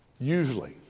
Usually